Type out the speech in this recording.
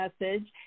message